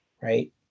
Right